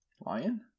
lion